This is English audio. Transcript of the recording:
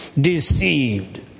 deceived